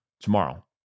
tomorrow